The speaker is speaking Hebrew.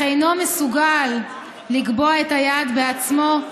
אבל אינו מסוגל לקבוע את היעד בעצמו,